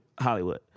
Hollywood